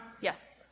Yes